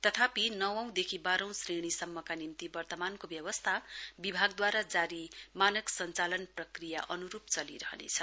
तथापि नवौंदेखि बाह्रौं श्रेणीसम्मका निम्ति वर्तमानको व्यवस्था विभागद्वारा जारी मानक सञ्चालन प्रक्रिया अनुरूप चलिरहनेछ